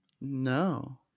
No